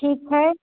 ठीक है